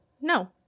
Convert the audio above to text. No